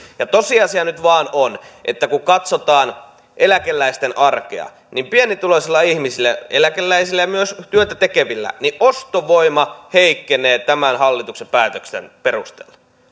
tosiasia nyt vain on että kun katsotaan eläkeläisten arkea niin pienituloisilla ihmisillä eläkeläisillä ja myös työtä tekevillä ostovoima heikkenee tämän hallituksen päätöksen perusteella